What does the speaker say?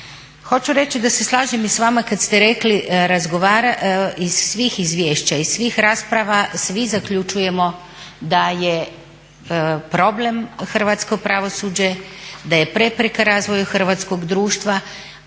Hoću reći da se slažem i s vama kada ste rekli, iz svih izvješća, iz svih rasprava svi zaključujemo da je problem hrvatsko pravosuđe, da je prepreka razvoju hrvatskoga društva